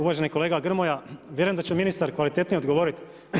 Uvaženi kolega Grmoja, vjerujem da će ministar kvalitetnije odgovoriti.